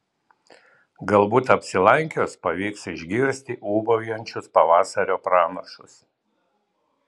galbūt apsilankius pavyks išgirsti ūbaujančius pavasario pranašus